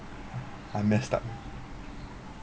I'm messed up